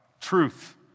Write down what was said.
truth